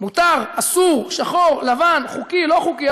מותר, אסור, שחור, לבן, חוקי, לא חוקי.